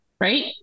right